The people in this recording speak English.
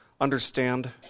understand